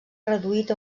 reduït